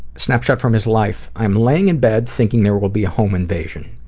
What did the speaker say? snapshot from his life, i'm lying in bed thinking there will be a home invasion.